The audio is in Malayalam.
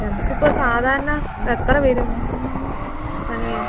നമുക്ക് ഇപ്പോൾ സാധാരണ എത്ര വരും പണിയാൻ